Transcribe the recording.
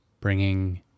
bringing